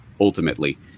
ultimately